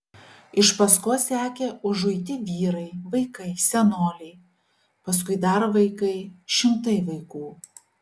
iš paskos sekė užuiti vyrai vaikai senoliai paskui dar vaikai šimtai vaikų